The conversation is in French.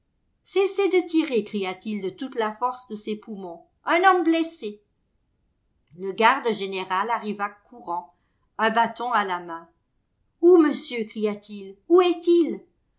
cessez de tirer cria-t-il de toute la force de ses poumons un homme blessé le garde général arriva courant un bâton à la main où monsieur cria-t-il où est-il